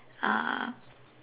uh